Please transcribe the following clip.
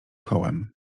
kołem